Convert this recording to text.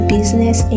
Business